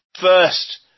first